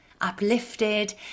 uplifted